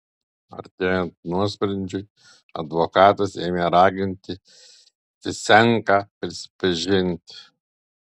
artėjant nuosprendžiui advokatas ėmė raginti fisenką prisipažinti